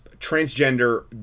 transgender